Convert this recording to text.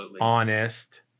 honest